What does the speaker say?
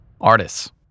Artists